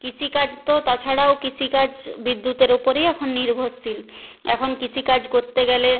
কৃষিকাজ তো তাছাড়াও কৃষিকাজ বিদ্যুতের ওপরেই এখন নির্ভরশীল এখন কৃষিকাজ করতে গেলে